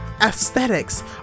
aesthetics